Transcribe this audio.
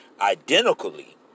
identically